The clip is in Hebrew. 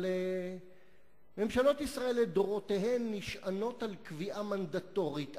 אבל ממשלות ישראל לדורותיהן נשענות על קביעה מנדטורית,